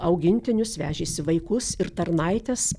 augintinius vežėsi vaikus ir tarnaites